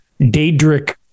Daedric